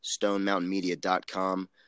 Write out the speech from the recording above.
StoneMountainMedia.com